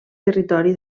territori